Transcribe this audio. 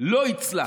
לא יצלח.